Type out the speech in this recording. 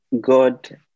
God